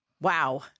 Wow